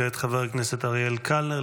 כעת, חבר הכנסת אריאל קלנר.